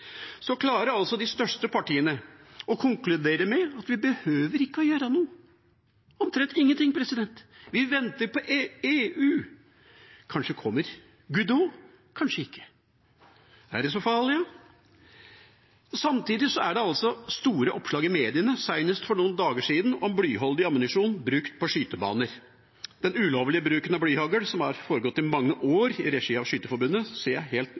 Så klarer altså de største partiene å konkludere med at vi ikke behøver å gjøre noe – omtrent ingenting. Vi venter på EU. Kanskje kommer Godot, kanskje ikke. Er det så farlig, da? Samtidig er det store oppslag i mediene, senest for noen dager siden, om blyholdig ammunisjon brukt på skytebaner. Den ulovlige bruken av blyhagl, som har foregått i mange år i regi av Skytterforbundet, ser jeg helt